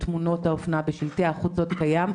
בתמונות האופנה ובשלטי החוץ עוד קיים,